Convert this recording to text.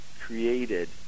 created